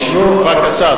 בבקשה.